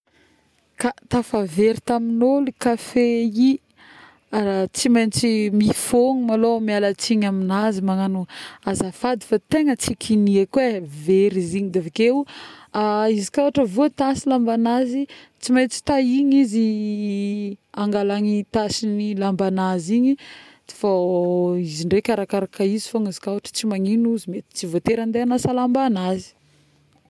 ka tafavery tamignolo kafe iy,˂hesitation˃ tsy maintsy mifogno malôha, mialatsigny aminazy magnano azafady fa tegna tsy kigniko ee, very izy igny, de avekeo˂hesitation˃ izy ka vô tâche lambanazy tsy maintsy tahigny izy angalagny tasy lambanazy igny, fô izy ndraiky arakaraka izy fôgna iz ka tsy magnino hozy mety tsy voatery agnasa lambanazy